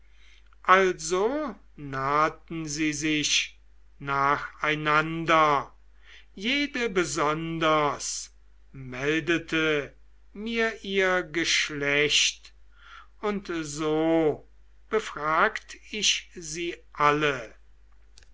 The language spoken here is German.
also nahten sie sich nacheinander jede besonders meldete mir ihr geschlecht und so befragt ich sie alle